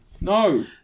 No